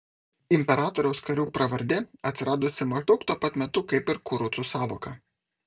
imperatoriaus karių pravardė atsiradusi maždaug tuo pat metu kaip ir kurucų sąvoka